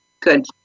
good